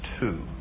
two